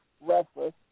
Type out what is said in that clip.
Restless